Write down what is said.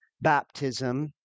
baptism